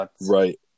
right